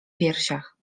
piersiach